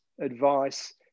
advice